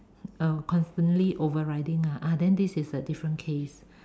uh constantly overriding lah ah then this is a different case